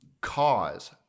cause